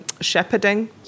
shepherding